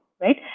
Right